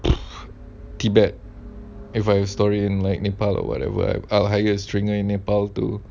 tibet if my story in like nepal or whatever I I will hire straight in nepal to